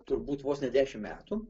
turbūt vos ne dešimt metų